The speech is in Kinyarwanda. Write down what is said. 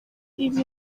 ibi